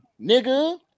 nigga